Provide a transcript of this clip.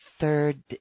third